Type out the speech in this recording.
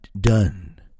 done